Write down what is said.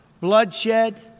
bloodshed